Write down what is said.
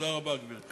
תודה רבה, גברתי.